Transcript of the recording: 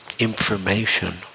Information